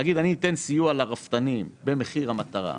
לתת סיוע לרפתנים במחיר המטרה.